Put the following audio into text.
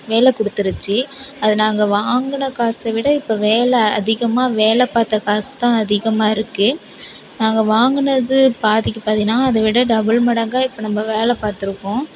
வேலை கொடுத்துருச்சி அது நாங்கள் வாங்கின காசை விட இப்போ வேலை அதிகமாக வேலை பார்த்த காசு தான் அதிகமாகருக்கு நாங்கள் வாங்கினது பாதிக்கு பாதினால் அதை விட டபுள் மடங்காக இப்போ நம்ம வேலை பார்த்துருக்கோம்